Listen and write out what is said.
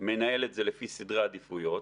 מנהל את זה לפי סדרי עדיפויות.